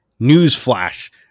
newsflash